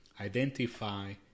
identify